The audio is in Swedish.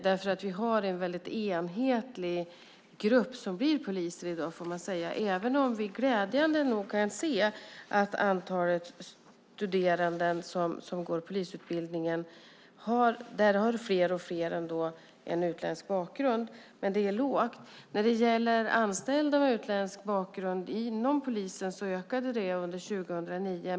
Vi har i dag en väldigt enhetlig grupp som blir poliser även om jag glädjande nog kan se att allt fler av de studerande som går polisutbildningen har en utländsk bakgrund, men det är ett lågt antal. Antalet anställda med utländsk bakgrund inom polisen ökade under 2009.